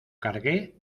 cargué